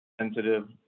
sensitive